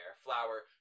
Flower